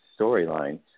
storyline